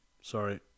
sorry